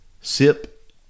sip